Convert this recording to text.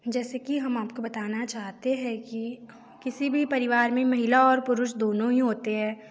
जैसे कि हम आपको बताना चाहते हैं कि किसी भी परिवार में महिला और पुरुष दोनों ही होते हैं